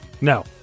No